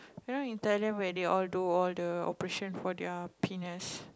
you know in Thailand where they all do all the operation for their penis